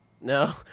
no